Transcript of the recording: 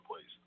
please